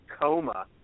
coma